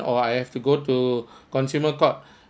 or I have to go to consumer court